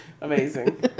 Amazing